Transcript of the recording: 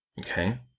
Okay